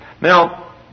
Now